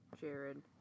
Jared